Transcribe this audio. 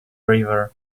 river